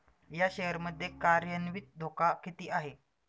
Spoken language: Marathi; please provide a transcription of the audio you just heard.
या शेअर मध्ये कार्यान्वित धोका किती आहे?